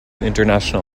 international